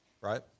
right